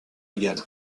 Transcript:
légale